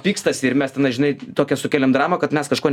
pykstasi ir mes tenai žinai tokią sukeliam dramą kad mes kažko